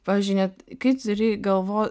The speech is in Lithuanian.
pavyzdžiui net kai turi galvo